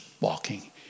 walking